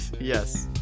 Yes